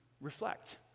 reflect